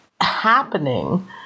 happening